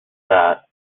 that